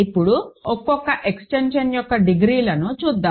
ఇప్పుడు ఒక్కొక్క ఎక్స్టెన్షన్ యొక్క డిగ్రీలను చూద్దాం